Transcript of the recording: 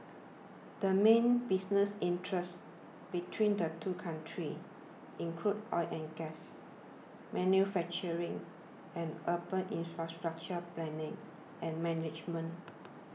the main business interests between the two countries include oil and gas manufacturing and urban infrastructure planning and management